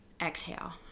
exhale